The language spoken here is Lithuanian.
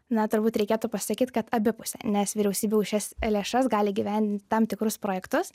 na turbūt reikėtų pasakyt kad abipusė nes vyriausybė už šias lėšas gali įgyvendint tam tikrus projektus